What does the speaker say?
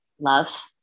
love